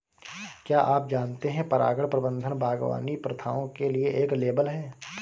क्या आप जानते है परागण प्रबंधन बागवानी प्रथाओं के लिए एक लेबल है?